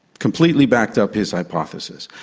completely backed up his hypothesis.